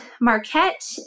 Marquette